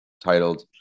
titled